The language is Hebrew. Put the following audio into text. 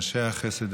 לאנשי החסד,